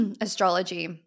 astrology